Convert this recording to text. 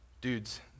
dudes